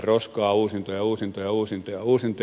uusintoja uusintoja uusintoja uusintoja